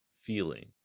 feeling